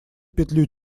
петлю